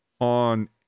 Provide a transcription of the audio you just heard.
on